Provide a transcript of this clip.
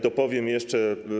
Dopowiem jeszcze.